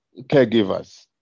caregivers